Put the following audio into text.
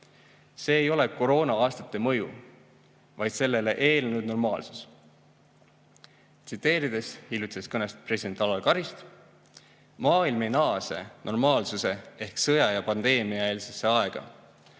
See ei ole koroona-aastate mõju, vaid sellele eelnenud normaalsus. Tsiteerides hiljutisest kõnest president Alar Karist: "Maailm ei naase normaalsuse ehk sõja‑ ja pandeemiaeelsesse aega,